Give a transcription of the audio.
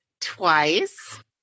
twice